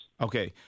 okay